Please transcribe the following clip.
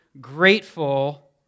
grateful